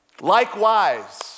Likewise